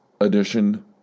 Edition